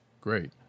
Great